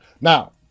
Now